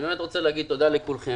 אני רוצה לומר תודה לכולכם.